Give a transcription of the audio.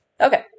Okay